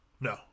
No